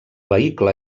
vehicle